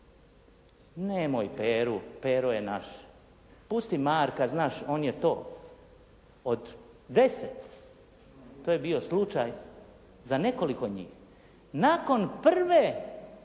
Nemoj Peru, Pero je naš. Pusti Marka, znaš on je to. Od 10 to je bio slučaj za nekoliko njih. Nakon prve